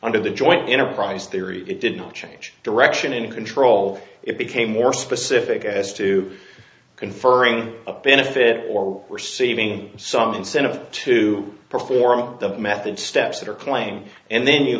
under the joint enterprise theory it did not change direction in control it became more specific as to conferring a benefit or perceiving some incentive to perform the method steps that are playing and then you